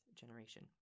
generation